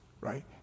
right